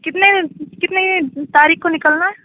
کتنے کتنے یہ تاریخ کو نکلنا ہے